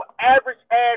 average-ass